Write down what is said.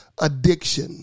addiction